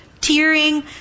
tearing